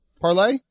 parlay